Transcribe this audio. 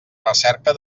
recerca